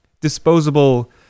disposable